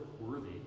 worthy